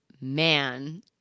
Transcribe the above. man